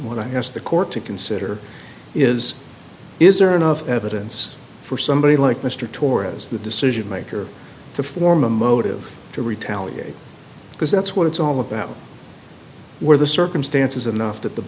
when i asked the court to consider is is there enough evidence for somebody like mr torres the decision maker to form a motive to retaliate because that's what it's all about were the circumstances enough that the